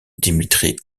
dimitri